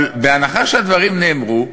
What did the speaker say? אבל בהנחה שהדברים נאמרו,